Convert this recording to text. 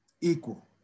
equal